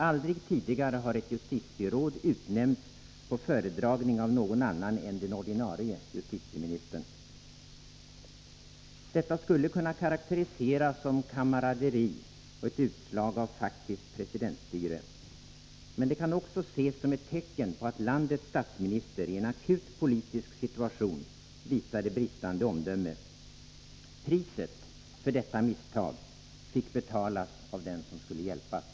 Aldrig tidigare har ett justitieråd utnämnts på föredragning av någon annan än den ordinarie justitieministern. Detta skulle kunna karakteriseras som kamaraderi och ett utslag av faktiskt presidentstyre. Men det kan också ses som ett tecken på att landets statsminister i en akut politisk situation visade bristande omdöme. Priset för detta misstag fick betalas av den som skulle hjälpas.